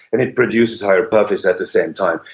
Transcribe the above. and it produces higher profits at the same time.